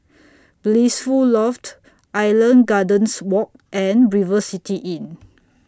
Blissful Loft Island Gardens Walk and River City Inn